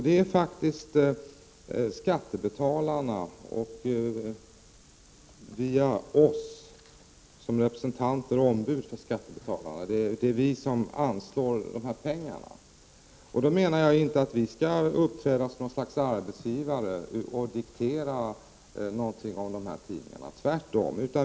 Det är faktiskt skattebetalarna och vi riksdagsledamöter som representanter och ombud för skattebetalarna som anslår pengarna. Jag menar inte att vi skall uppträda som något slags arbetsgivare och diktera för dessa tidningar; tvärtom.